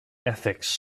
ethics